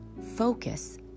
focus